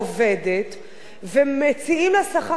ומציעים לה שכר נמוך מלכתחילה,